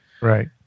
Right